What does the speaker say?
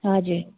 हजुर